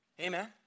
Amen